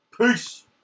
Peace